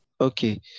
okay